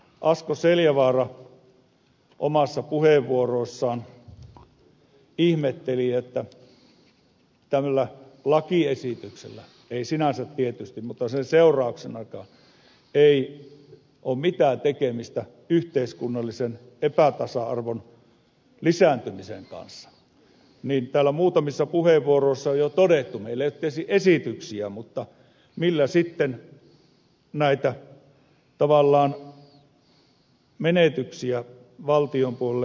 asko seljavaara omassa puheenvuorossaan ihmetteli että tällä lakiesityksellä ei sinänsä tietysti mutta sen seurauksenakaan ei ole mitään tekemistä yhteiskunnallisen epätasa arvon lisääntymisen kanssa niin täällä muutamissa puheenvuoroissa on jo todettu meillä ei ole tietysti esityksiä millä sitten näitä tavallaan menetyksiä valtion puolelle kompensoitaisiin